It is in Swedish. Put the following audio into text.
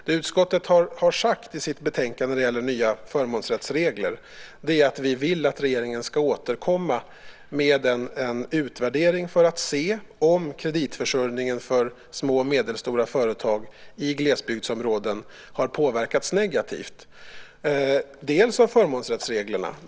Det utskottet har sagt i sitt betänkande om de nya förmånsrättsreglerna är att vi vill att regeringen ska återkomma med en utvärdering för att se om kreditförsörjningen för små och medelstora företag i glesbygdsområden har påverkats negativt av förmånsrättsreglerna.